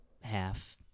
half